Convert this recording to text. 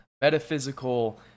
metaphysical